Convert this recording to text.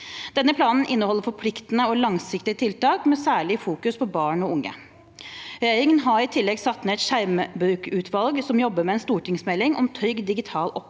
helse. Planen inneholder forpliktende og langsiktige tiltak, med særlig fokus på barn og unge. Regjeringen har i tillegg satt ned et skjermbrukutvalg som jobber med en stortingsmelding om trygg digital oppvekst.